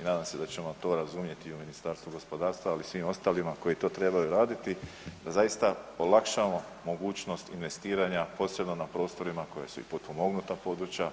i nadam se da ćemo razumjeti i u Ministarstvu gospodarstva, ali i svim ostalima koji to trebaju raditi da zaista olakšamo mogućnost investiranja, posebno na prostorima koja su i potpomognuta područja.